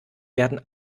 werden